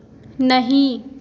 नहीं